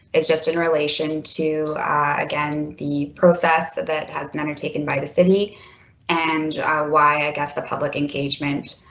is just in relation to again the process that that has men are taken by the city and why? i guess the public engagement